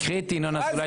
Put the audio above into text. קחי את ינון אזולאי,